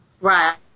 Right